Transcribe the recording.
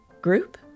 Group